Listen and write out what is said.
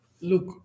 Look